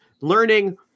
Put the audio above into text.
learning